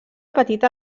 petita